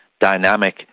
dynamic